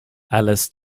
alice